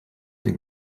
den